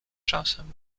czasem